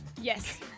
Yes